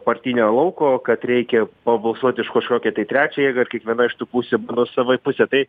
partinio lauko kad reikia pabalsuoti už kažkokią tai trečią jėgą ir kiekviena iš tų pusių savai pusę tai